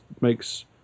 makes